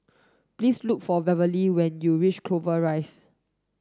please look for Beverly when you reach Clover Rise